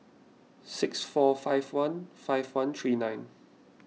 six four five one five one three nine